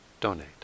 donate